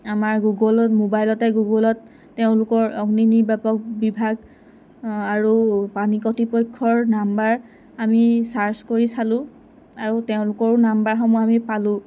আমাৰ গগুলত মবাইলতে গগুলত তেওঁলোকৰ অগ্নিনিৰ্বাপক বিভাগ আৰু পানী কৰ্তৃপক্ষৰ নাম্বাৰ আমি ছাৰ্চ কৰি চালোঁ আৰু তেওঁলোকৰো নাম্বাৰসমূহ আমি পালোঁ